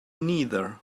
neither